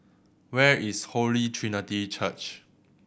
where is Holy Trinity Church